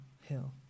Hill